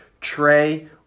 Trey